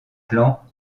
clan